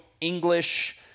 English